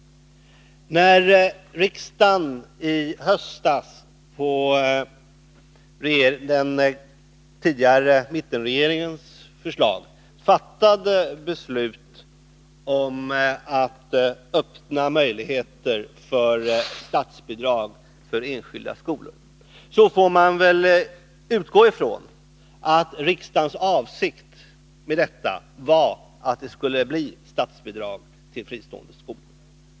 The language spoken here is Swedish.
När riksdagen i höstas på den tidigare mittenregeringens förslag fattade beslut om att öppna möjligheter för statsbidrag till enskilda skolor, får man väl utgå från att riksdagens avsikt med detta var att det skulle bli statsbidrag till fristående skolor.